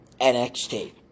NXT